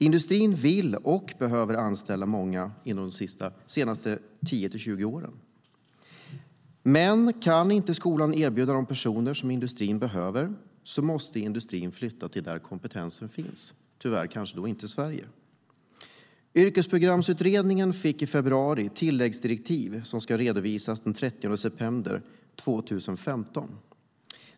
Industrin vill och behöver anställa många inom de närmaste 10-20 åren, och kan inte skolan erbjuda de personer som industrin behöver måste industrin flytta dit där kompetensen finns, tyvärr kanske inte Sverige.Yrkesprogramsutredningen fick i februari tilläggsdirektiv som ska redovisas den 30 september 2015.